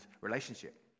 relationship